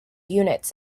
units